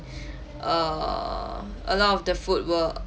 err a lot of the food were